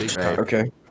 Okay